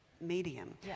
medium